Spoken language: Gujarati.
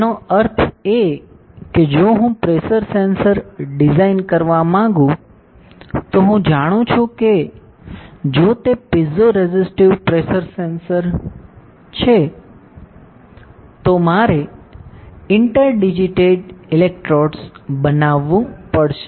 તેનો અર્થ એ કે જો હું પ્રેશર સેન્સર ડિઝાઇન કરવા માંગું છું તો હું જાણું છું કે જો તે પીઇઝોરેસિટીવ પ્રેશર સેન્સર છે તો મારે ઇન્ટરડિજીટેટેડ ઇલેક્ટ્રોડ્સ બનાવવું પડશે